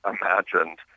imagined